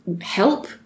help